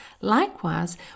Likewise